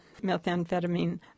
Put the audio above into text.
methamphetamine